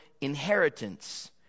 inheritance